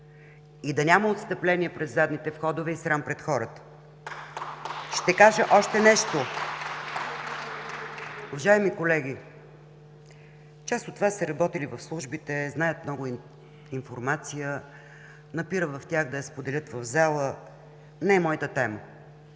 и да няма отстъпления през задните входове и срам пред хората. (Ръкопляскания от ГЕРБ.) Ще кажа още нещо, уважаеми колеги. Част от Вас са работили в службите, знаят много информация, напира в тях да я споделят в залата – не е моята тема.